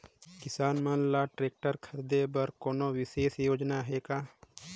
किसान मन ल ट्रैक्टर खरीदे बर कोनो विशेष योजना हे का?